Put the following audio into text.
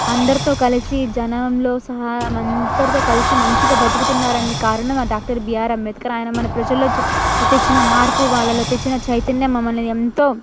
అందరితో కలిసి జనంలో సా అందరితో కలిసి మంచిగా బ్రతుకుతున్నారని కారణం డాక్టర్ బీఆర్ అంబేద్కర్ ఆయన మన ప్రజలలో చ తెచ్చిన మార్పు వాళ్ళలో తెచ్చిన చైతన్యం మమ్మల్ని ఎంతో